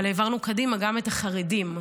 אבל העברנו קדימה גם את החרדים.